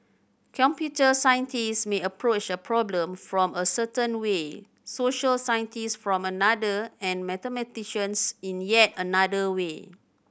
computer scientists may approach a problem from a certain way social scientists from another and mathematicians in yet another way